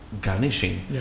garnishing